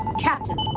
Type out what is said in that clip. Captain